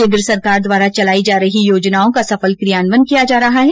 केन्द्र सरकार द्वारा चलाई जा रही योजनाओं का सफल कियान्वयन किया जा रहा है